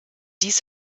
dies